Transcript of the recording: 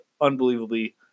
unbelievably